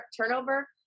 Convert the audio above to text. turnover